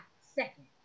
second